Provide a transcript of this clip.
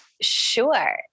Sure